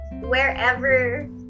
wherever